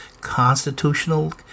constitutional